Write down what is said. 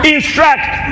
Instruct